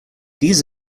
these